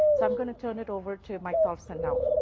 so i'm going to turn it over to mike tholfsen now.